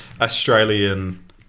Australian